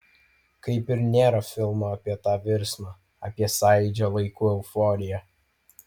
kaip ir nėra filmo apie tą virsmą apie sąjūdžio laikų euforiją